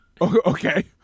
Okay